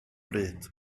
bryd